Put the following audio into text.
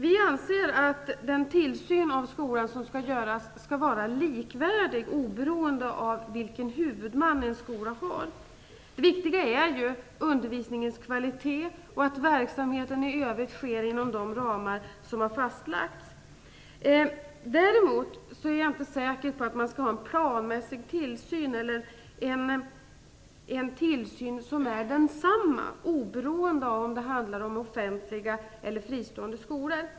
Vi anser att den tillsyn av skolan som skall göras skall vara likvärdig oberoende av vilken huvudman en skola har. Det viktiga är ju undervisningens kvalitet och att verksamheten i övrigt sker inom de ramar som har fastlagts. Däremot är jag inte säker på att man skall ha en planmässig tillsyn eller en tillsyn som är densamma oberoende av om det handlar om offentliga eller fristående skolor.